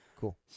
Cool